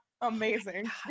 Amazing